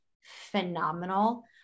phenomenal